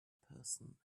person